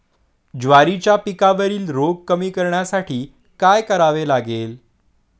ज्वारीच्या पिकावरील रोग कमी करण्यासाठी काय करावे लागेल?